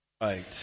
Right